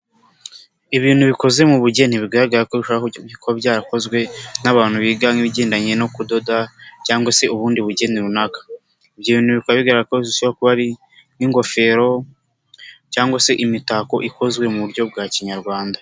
Ibintu bikoze mu bugeni bigaragara ko byarakozwe n'abantu biga ibigendanye no kudoda cyangwa se ubundi bugeni runaka ibyo bintu bikaba bigaragara ko bishobora kuba ari nk'ingofero cyangwa se imitako ikozwe mu buryo bwa kinyarwanda.